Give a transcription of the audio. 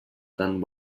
tan